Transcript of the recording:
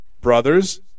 Brothers